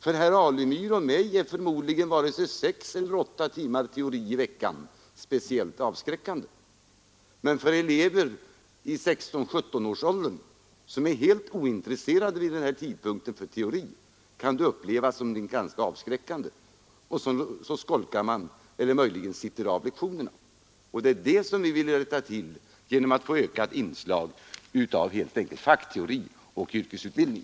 För herr Alemyr och mig är förmodligen varken sex eller åtta timmar teori i veckan speciellt avskräckande, men för elever på 16—17 år, som i den åldern är helt ointresserade av teori, kan det upplevas som någonting ganska avskräckande, och så skolkar man eller sitter möjligen av lektionerna. Det är detta som vi vill rätta till genom att få ökat inslag av fackteori och yrkesutbildning.